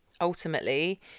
ultimately